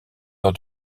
lors